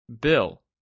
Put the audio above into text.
Bill